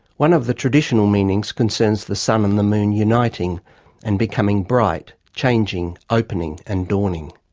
one of the traditional meanings concerns the sun and the moon uniting and becoming bright, changing, opening and dawning.